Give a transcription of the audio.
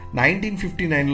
1959